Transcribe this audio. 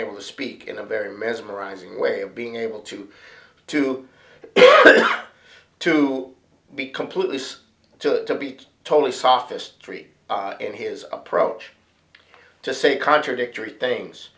able to speak in a very mesmerizing way of being able to to to be completely to be totally sophos tree in his approach to say contradictory things